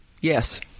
Yes